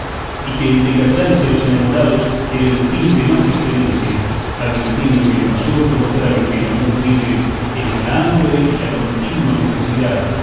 y que el de casarse los enamorados era el fin de más excelencia advirtiendo que el mayor contrario que el amor tiene es la hambre y la continua necesidad